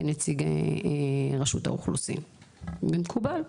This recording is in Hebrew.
כנציגי רשות האוכלוסין ומקובל,